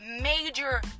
major